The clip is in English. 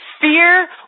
fear